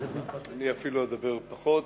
אני אפילו אדבר פחות.